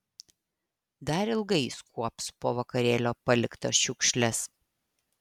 dar ilgai jis kuops po vakarėlio paliktas šiukšles